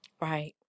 right